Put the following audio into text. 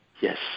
Yes